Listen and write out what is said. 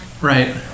Right